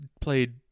played